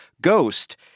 Ghost